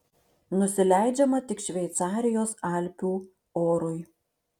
nusileidžiama tik šveicarijos alpių orui